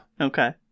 Okay